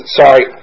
sorry